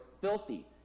filthy